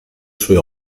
sue